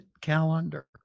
calendar